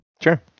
Sure